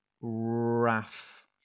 Wrath